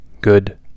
Good